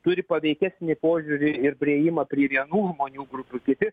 turi paveikesnį požiūrį ir priėjimą prie vienų žmonių grupių kiti